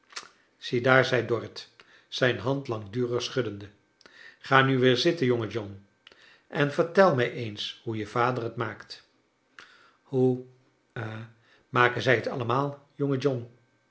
ziedaar zei dorrit zijn hand langdurig schuddende ga nu weer zitten jonge john en vertel mij eens hoe je vader het maakt hoe ha maken zij t allemaal jonge john